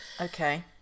Okay